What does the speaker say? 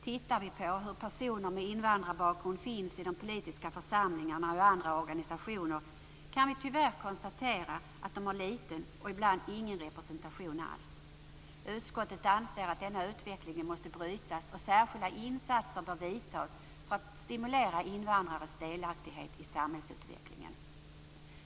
Tittar vi på andelen personer med invandrarbakgrund i de politiska församlingarna och i andra organisationer kan vi tyvärr konstatera att de har liten och ibland ingen representation alls. Utskottet anser att denna utveckling måste brytas, och särskilda åtgärder bör vidtas för att stimulera invandrares delaktighet i samhällsutvecklingen.